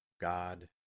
God